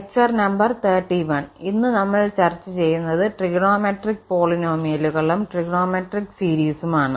lecture number 31 ഇന്ന് നമ്മൾ ചർച്ച ചെയ്യുന്നത് ട്രിഗണോമെട്രിക് പോളിനോമിയലുകളും ട്രിഗണോമെട്രിക് സീരീസുമാണ്